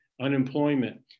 unemployment